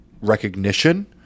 recognition